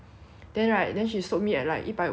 then right then she sold me at like 一百五十五